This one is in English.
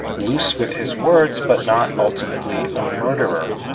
loose with his words, but not ultimately a murderer